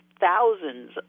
thousands